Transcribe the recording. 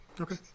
okay